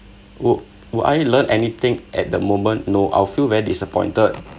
would would I learn anything at the moment no I would feel very disappointed